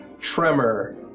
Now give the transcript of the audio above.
tremor